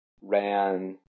ran